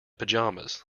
pyjamas